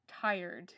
tired